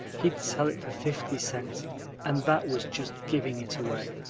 he'd sell it for fifty cents and that was just giving it away.